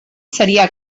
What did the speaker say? seria